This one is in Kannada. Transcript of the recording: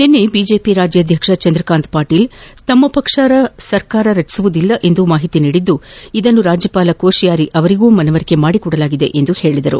ನಿನ್ಸೆ ಬಿಜೆಪಿ ರಾಜ್ಯಾಧ್ಯಕ ಚಂದಕಾಂತ್ ಪಾಟೀಲ್ ತಮ್ಮ ಪಕ್ಷ ಸರ್ಕಾರ ರಚಿಸುವುದಿಲ್ಲ ಎಂದು ಮಾಹಿತಿ ನೀಡಿದ್ಲು ಇದನ್ನು ರಾಜ್ಯಪಾಲ ಕೋತಿಯಾರಿ ಅವರಿಗೂ ಮನವರಿಕೆ ಮಾಡಿಕೊಡಲಾಗಿದೆ ಎಂದಿದಾರೆ